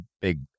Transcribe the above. big